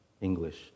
English